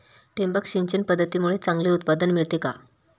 ठिबक सिंचन पद्धतीमुळे चांगले उत्पादन मिळते का?